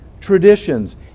traditions